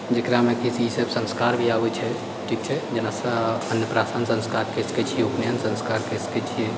जकरामे कि ई सभ संस्कार भी आबै छै ठीक छै जेना अन्नप्राशन संस्कार छै कहि सकै छियै उपनैन संस्कार छै कहि सकै छियै